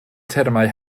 termau